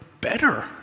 better